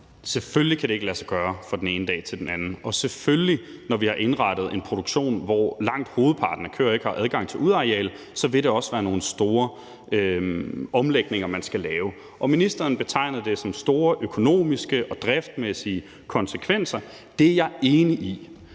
Selvfølgelig kan det ikke lade sig gøre fra den ene dag til den anden, og selvfølgelig er det sådan, når vi har indrettet en produktion, hvor langt hovedparten af køerne ikke har adgang til et udeareal, at så vil det også være nogle store omlægninger, man skal lave. Og ministeren betegnede det som store økonomiske og driftsmæssige konsekvenser – det er jeg enig i.